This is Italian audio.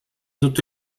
tutto